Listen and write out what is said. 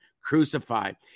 crucified